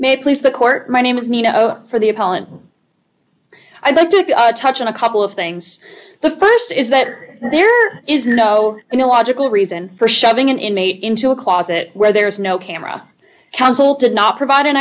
may please the court my name is nino for the opponent i'd like to touch on a couple of things the st is that there is no logical reason for shoving an inmate into a closet where there is no camera counsel did not provide an